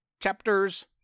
chapters